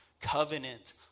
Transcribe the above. covenant